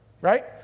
right